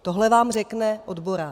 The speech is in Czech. Tohle vám řekne odborář.